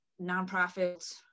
nonprofits